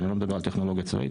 אני לא מדבר על טכנולוגיה צבאית.